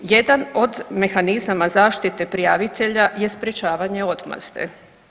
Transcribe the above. Jedan od mehanizama zaštite prijavitelja je sprječavanje odmazde.